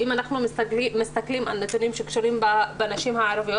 אם אנחנו מסתכלים על נתונים שקשורים לנשים הערביות